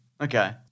Okay